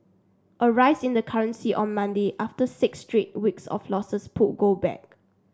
a rise in the currency on Monday after six straight weeks of losses pulled gold back